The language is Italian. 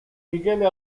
michele